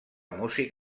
músic